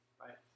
right